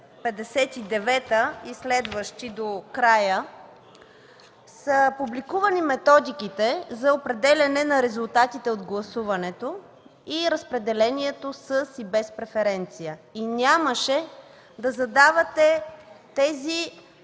259 и следващите до края са публикувани методиките за определяне на резултатите от гласуването и разпределението със и без преференция. Тогава нямаше да задавате тези